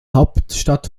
hauptstadt